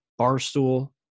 Barstool